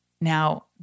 Now